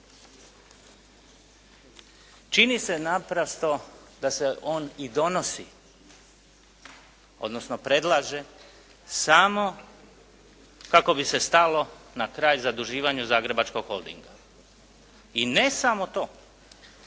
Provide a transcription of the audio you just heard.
Čini se naprosto da se on i donosi, odnosno predlaže samo kako bi se stalo na kraj zaduživanju Zagrebačkog holdinga. I ne samo to.